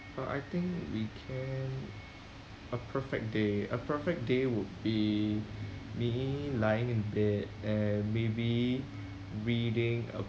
uh I think we can a perfect day a perfect day would be me lying in bed and maybe reading a